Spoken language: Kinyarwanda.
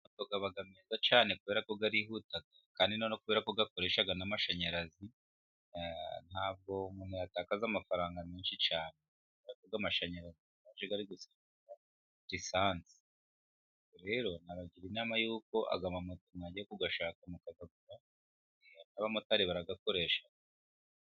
Aba meza cyane kubera ko arihuta ,kandi kubera ko akoresha n'amashanyarazi, ntabwo umuntu yatakaza amafaranga menshi cyane. Moto z'amashanyarazi ntizisaba lisansi. Rero nabagira inama y' uko mwajya kuyashaka mukayagura kuko n'abamotari bararayakoresha.